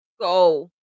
go